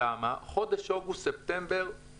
כי חודשים אוגוסט וספטמבר הם